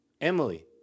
Emily